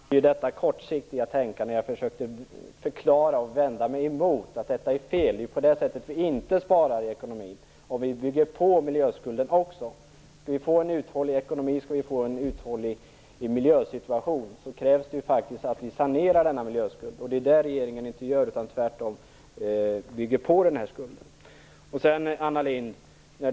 Herr talman! Det är detta kortsiktiga tänkande som jag vänder mig emot. Jag försökte förklara att det är fel. På det sättet sparar vi inte i ekonomin utan bygger på miljöskulden. Om vi skall få en uthållig ekonomi och en uthållig miljösituation krävs faktiskt att vi sanerar denna miljöskuld. Det gör inte regeringen. Man bygger tvärtom på den. Anna Lindh!